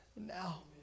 now